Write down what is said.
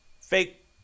Fake